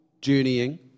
journeying